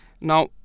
Now